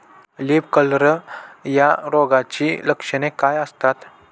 Leaf curl या रोगाची लक्षणे काय असतात?